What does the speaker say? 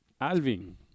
Alvin